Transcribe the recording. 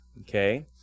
okay